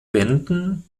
wänden